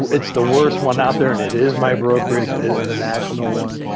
it's the worst one out there and it is my brokerage, it is the national one.